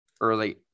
early